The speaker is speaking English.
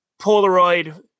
Polaroid